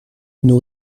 nous